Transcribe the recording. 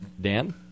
Dan